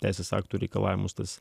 teisės aktų reikalavimus tas